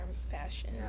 fashion